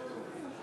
מצביע שרון גל,